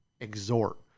exhort